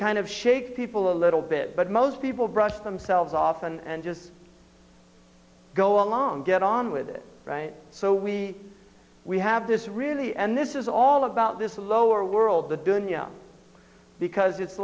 kind of shake people a little bit but most people brush themselves off and just go along get on with it so we we have this really and this is all about this lower world the dounia because it's